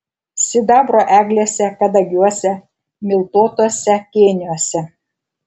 sidabro eglėse kadagiuose miltuotuose kėniuose